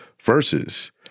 versus